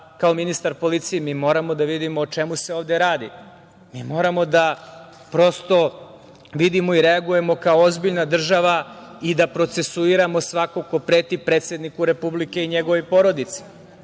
kao ministar policije, mi moramo da vidimo o čemu se ovde radi. Mi moramo prosto da vidimo i reagujemo kao ozbiljna država i da procesuiramo svako ko preti predsedniku Republike i njegovoj porodici